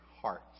hearts